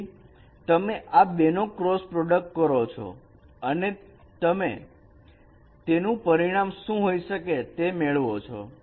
તેથી તમે આ બેનો ક્રોસ પ્રોડક્ટ કરો છો અને તમે તેનું પરિણામ શું હોઈ શકે તે મેળવો છો